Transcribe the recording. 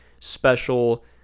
special